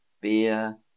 beer